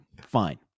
Fine